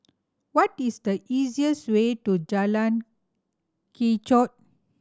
what is the easiest way to Jalan Kechot